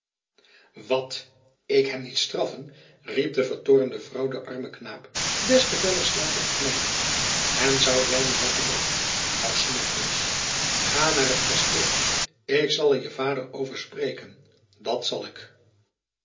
wat ik hem niet straffen riep de vertoornde vrouw den armen knaap des te feller slaande en knijpende en zou jij me dat beletten jou snotneus ga maar naar t kasteel ik zal er jen vader over spreken dat zal ik